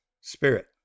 spirit